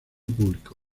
público